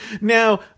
Now